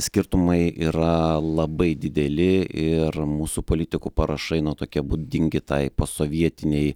skirtumai yra labai dideli ir mūsų politikų parašai na tokie būdingi tai posovietinei